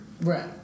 Right